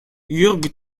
jörg